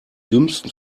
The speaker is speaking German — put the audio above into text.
dümmsten